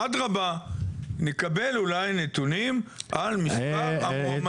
אדרבא, נקבל אולי נתונים על מספר המועמדים.